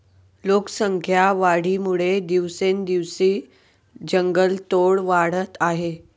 लोकसंख्या वाढीमुळे दिवसेंदिवस जंगलतोड वाढत आहे